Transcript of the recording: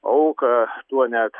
auką tuo net